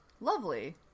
Lovely